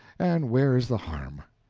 and where is the harm?